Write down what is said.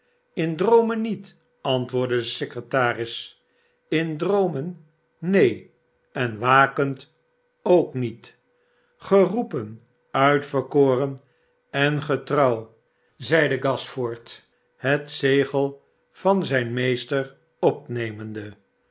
in droomen niet antwoordde de secretaris in droomen neen en wakend ook niet sgeroepen uitverkoren en getrouw zeide gashford het zegel vanzijn meester opnemende